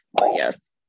yes